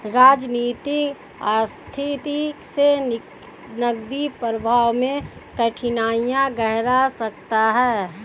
राजनीतिक अशांति से नकदी प्रवाह में कठिनाइयाँ गहरा सकता है